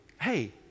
hey